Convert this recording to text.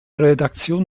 redaktion